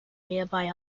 nearby